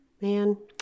Man